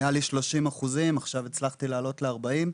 היו לו 30 אחוזים ועכשיו הצלחתי להעלות ל-40 אחוזים.